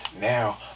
now